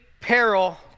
peril